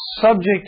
subject